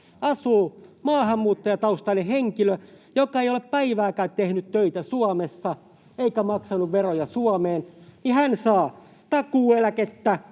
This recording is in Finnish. asuu maahanmuuttajataustainen henkilö, joka ei ole päivääkään tehnyt töitä Suomessa eikä maksanut veroja Suomeen. Hän saa takuueläkettä,